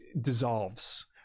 dissolves